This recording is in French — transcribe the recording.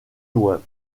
loin